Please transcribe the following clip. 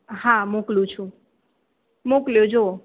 હા મોકલું છું મોકલ્યો જુઓ